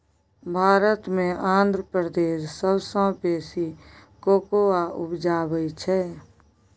भारत मे आंध्र प्रदेश सबसँ बेसी कोकोआ उपजाबै छै